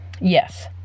Yes